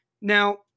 now